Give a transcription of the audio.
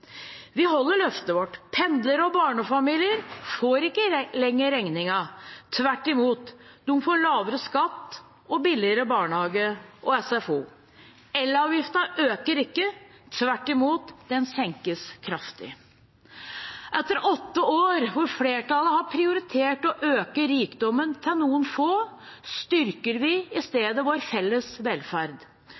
Vi holder løftet vårt. Pendlere og barnefamilier får ikke lenger regningen – tvert imot: De får lavere skatt og billigere barnehage og SFO. Elavgiften øker ikke – tvert imot: Den senkes kraftig. Etter åtte år hvor flertallet har prioritert å øke rikdommen til noen få, styrker vi i stedet vår felles velferd.